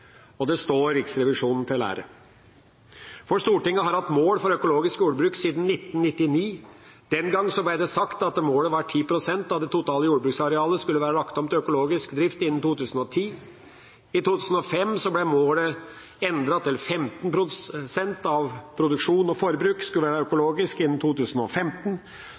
og det står Riksrevisjonen til ære. Stortinget har hatt mål for økologisk jordbruk siden 1999. Den gang ble det sagt at målet var at 10 pst. av det totale jordbruksarealet skulle være lagt om til økologisk drift innen 2010. I 2005 ble målet endret til at 15 pst. av produksjon og forbruk skulle være økologisk innen 2015.